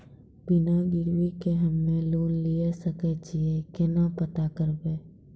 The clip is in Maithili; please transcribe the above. बिना गिरवी के हम्मय लोन लिये सके छियै केना पता करबै?